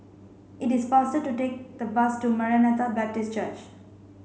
it is faster to take the bus to Maranatha Baptist Church